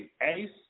Ace